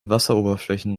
wasseroberflächen